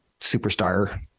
superstar